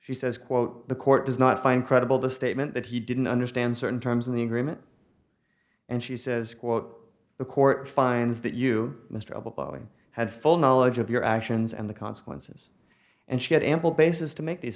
she says quote the court does not find credible the statement that he didn't understand certain terms in the agreement and she says quote the court finds that you mr of a boeing had full knowledge of your actions and the consequences and she had ample basis to make these